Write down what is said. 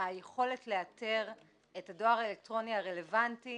היכולת לאתר את הדואר האלקטרוני הרלבנטי